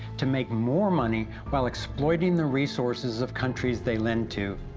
to make more money, while exploiting the resources of countries they lend to,